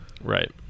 right